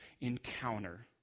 encounter